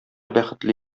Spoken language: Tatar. бәхетле